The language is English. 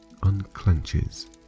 unclenches